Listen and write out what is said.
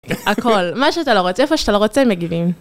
הכול, מה שאתה לא רוצה, איפה שאתה לא רוצה - הם מגיבים.